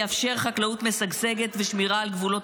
יאפשר חקלאות משגשגת ושמירה על גבולות